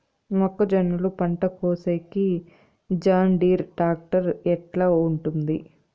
మొక్కజొన్నలు పంట కోసేకి జాన్డీర్ టాక్టర్ ఎట్లా ఉంటుంది?